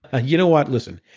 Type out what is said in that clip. ah you know what? listen,